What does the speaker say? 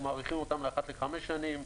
אנחנו מאריכים אותם לאחת לחמש שנים.